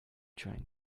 join